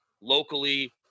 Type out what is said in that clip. locally